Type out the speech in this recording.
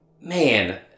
man